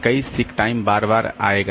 कई सीक टाइम बार बार आएगा